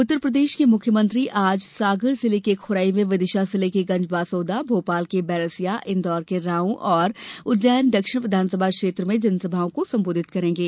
उत्तरप्रदेश के मुख्यमंत्री आज सागर जिले के खुरई में विदिशा जिले की गंजबासौदा भोपाल के बैरसिया इन्दौर के राऊ और उज्जैन दक्षिण विधानसभा क्षेत्र में जनसभाओं को संबोधित करेंगे